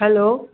hello